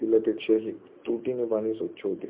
केल्यापेक्षाही तुरटीने पाणी स्वच्छ होते